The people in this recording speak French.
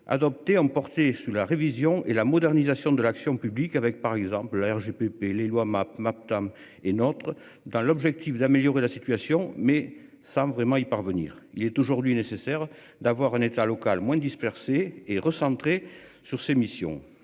Adopté emporté sur la révision et la modernisation de l'action publique avec par exemple la RGPP les lois MAPTAM et notre dans l'objectif d'améliorer la situation, mais sans vraiment y parvenir, il est aujourd'hui nécessaire d'avoir un État locales moins dispersé et recentré sur ses missions